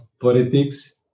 politics